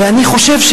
ואני חושב,